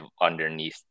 underneath